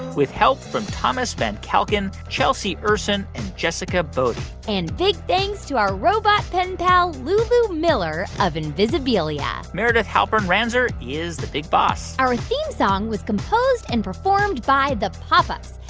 with help from thomas van calkin, chelsea ursin and jessica bodie and big thanks to our robot pen pal, lulu miller of invisibilia meredith halpern-ranzer is the big boss our theme song was composed and performed by the pop ups.